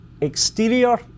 exterior